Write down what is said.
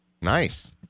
Nice